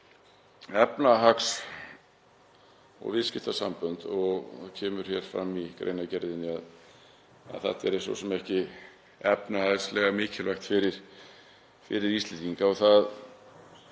efnahags- og viðskiptasambönd þá kemur fram í greinargerðinni að þetta sé svo sem ekki efnahagslega mikilvægt fyrir Íslendinga og það